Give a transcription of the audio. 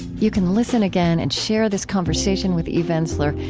you can listen again and share this conversation with eve ensler,